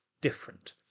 different